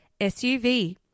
SUV